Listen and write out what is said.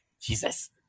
Jesus